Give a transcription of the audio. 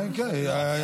כן, כן.